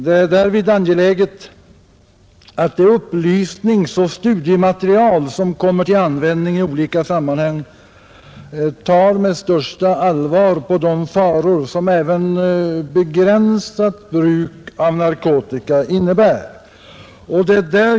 Det är därvid angeläget att det upplysningsoch studiematerial, som kommer till användning i olika sammanhang, tar med största allvar på de faror som även begränsat bruk av narkotika innebär.